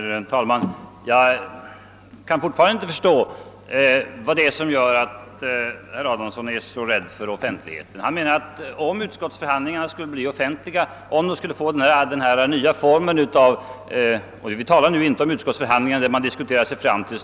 Herr talman! Jag kan fortfarande inte förstå vad som gör att herr Adamsson är så rädd för offentlighet. Vi talar ju nu inte om de utskottsförhandlingar där man diskuterar sig fram till ståndpunkter och kompromisser, utan om den del som gäller införskaffande av sakinformation.